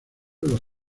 los